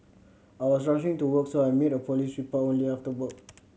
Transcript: I was rushing to work so I made a police report only after work